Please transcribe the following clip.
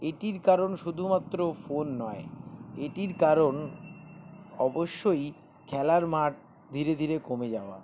এটির কারণ শুধুমাত্র ফোন নয় এটির কারণ অবশ্যই খেলার মাঠ ধীরে ধীরে কমে যাওয়া